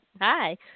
Hi